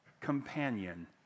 companion